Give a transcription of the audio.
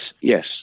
Yes